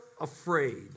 afraid